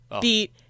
beat